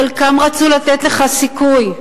חלקם רצו לתת לך סיכוי.